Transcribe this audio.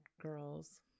girls